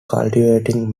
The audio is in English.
cultivating